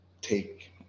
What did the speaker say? take